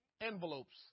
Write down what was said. Envelopes